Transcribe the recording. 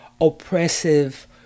oppressive